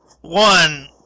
one